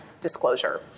disclosure